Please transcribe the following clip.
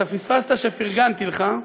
אתה פספסת שפרגנתי לך,